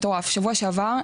שבוע שעבר,